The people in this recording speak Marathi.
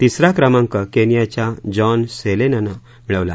तिसरा क्रमांक केनियाच्या जॉन सेलेलनं मिळवला